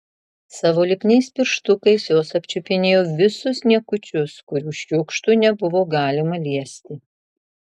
savo lipniais pirštukais jos apčiupinėjo visus niekučius kurių šiukštu nebuvo galima liesti